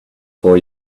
for